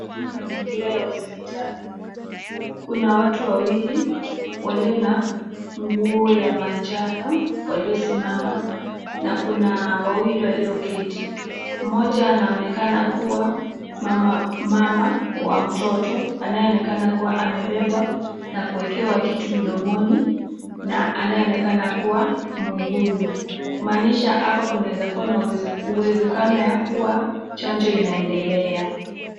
Ni mazingira ha hospitali, kuna watu wawili walio na nguo ya manjano waliosimama na kuna wawili walioketi, moja anaonekana kuwa mama wa mtoto anayeonekana kuwa amebeba na ana kitu mdomoni, na anayeonekana kuwa muuguzi. Kumaanisha hapa kunaweza kua na uwezekano kuwa chanjo inaendelea.